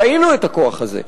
ראינו את הכוח הזה,